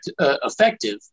effective